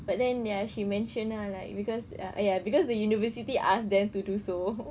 but then ya she mentioned ah like cause ya cause the university asked them to do so